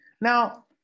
Now